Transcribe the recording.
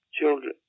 children